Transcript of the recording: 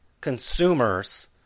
consumers